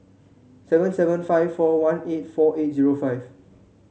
seven seven five four one eight four eight zero five